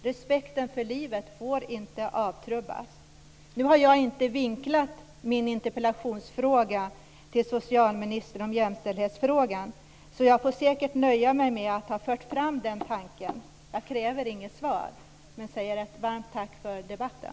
Respekten för livet får inte avtrubbas. Nu har jag inte vinklat min interpellationsfråga till socialministern som en jämställdhetsfråga, så jag får nöja mig med att ha fört fram den här tanken och kräver inget svar. Jag vill föra fram ett varmt tack för debatten.